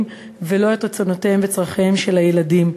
ולא את רצונותיהם וצורכיהם של הילדים.